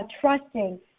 trusting